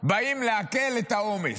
באים להקל על העומס.